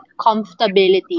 comfortability